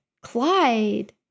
Clyde